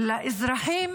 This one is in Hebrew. לאזרחים